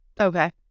Okay